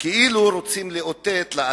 כאילו רוצים לאותת לעתיד,